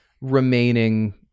remaining